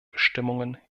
bestimmungen